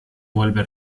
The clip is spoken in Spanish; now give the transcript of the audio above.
vuelve